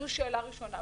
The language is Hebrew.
זו שאלה ראשונה.